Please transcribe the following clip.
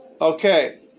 Okay